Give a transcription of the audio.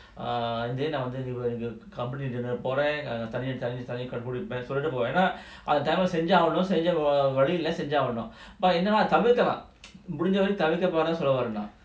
err then you will have your company dinner போறேன்சொல்லிட்டுபோறேன்எனாசெஞ்சிதான்ஆகணும்தவிர்க்கலாம்முடிஞ்சவரைக்கும்தவிர்க்கணும்னுசொல்லவரென்நான்:poren sollitu poren yenasenjithan aganum thavirkalam mudinjavaraikum thavirkanumnu solla varen nan